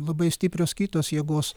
labai stiprios kitos jėgos